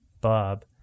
Bob